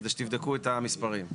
כדי שתבדקו את המספרים,